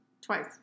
twice